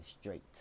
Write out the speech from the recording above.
straight